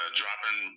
dropping